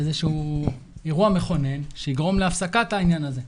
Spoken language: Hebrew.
איזשהו אירוע מכונן שיגרום להפסקת העניין הזה.